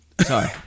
Sorry